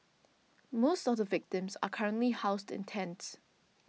most of the victims are currently housed in tents